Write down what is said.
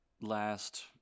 last